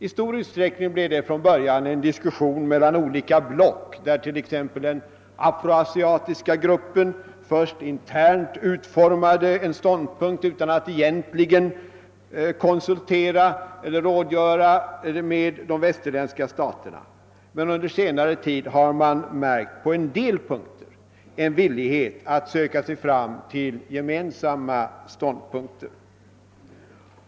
I stor utsträckning blev det från början en diskussion mellan olika block, varvid t.ex. den afroasiatiska gruppen först internt utformade en ståndpunkt utan att egentligen rådgöra med de västerländska staterna, men under senare tid har man på en del punkter märkt en villighet att söka sig fram till gemensamma ställningstaganden.